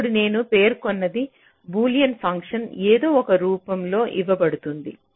ఇప్పుడు నేను పేర్కొన్నది బూలియన్ ఫంక్షన్ ఏదో ఒక రూపంలో ఇవ్వబడుతుంది